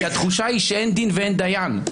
כי התחושה היא שאין דין ואין דיין.